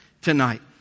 tonight